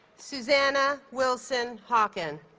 susana wilson hawken